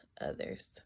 others